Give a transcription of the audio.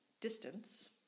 distance